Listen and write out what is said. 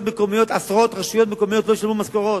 עשרות רשויות מקומיות לא ישלמו משכורות,